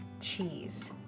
cheese